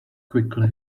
quickly